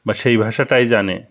বা সেই ভাষাটাই জানে